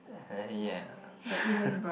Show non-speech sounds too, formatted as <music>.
uh yeah <laughs>